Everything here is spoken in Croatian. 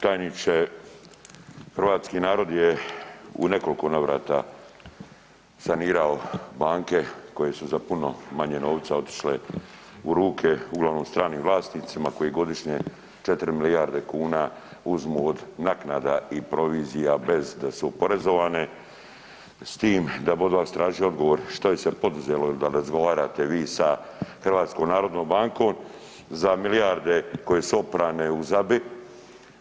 Tajniče, hrvatski narod je u nekolko navrata sanirao banke koje su za puno manje novca otišle u ruke uglavnom stranim vlasnicima koji godišnje 4 milijarde kuna uzmu od naknada i provizija bez da su oporezovane s tim da bi od vas tražio odgovor što je se poduzelo il da razgovarate vi sa HNB-om za milijarde koje su oprane u ZABA-i.